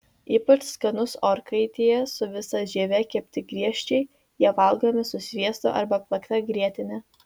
ypač skanus orkaitėje su visa žieve kepti griežčiai jie valgomi su sviestu arba plakta grietine